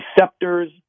receptors